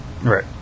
Right